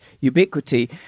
ubiquity